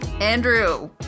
Andrew